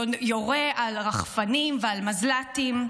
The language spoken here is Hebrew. יורה על רחפנים ועל מזל"טים,